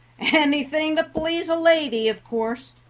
anything to please a lady, of course.